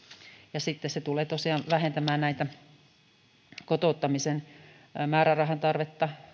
ja sitten se tulee tosiaan vähentämään heillä tätä kotouttamisen määrärahan tarvetta